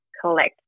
collect